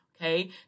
okay